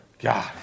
god